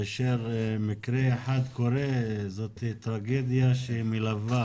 כאשר מקרה אחד קורה זו טרגדיה שמלווה